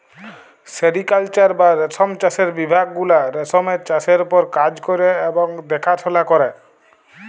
sericulture বা রেশম চাষের বিভাগ গুলা রেশমের চাষের উপর কাজ ক্যরে এবং দ্যাখাশলা ক্যরে